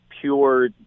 pure